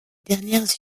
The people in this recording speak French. dernières